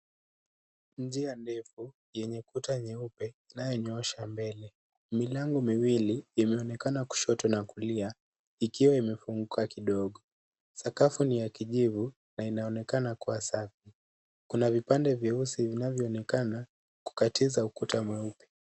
Njia ndefu yenye kuta nyeupe inaonyoosha mbele. Milango miwili imeonekana kushoto na kulia, ikiwa imefunguka kidogo. Sakafu ni ya kijivu na inaonekana kuwa safi. Kuna vipande vyeusi vinavyoonekana kutatiza ukuta mweupe.